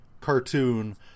cartoon